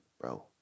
bro